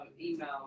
email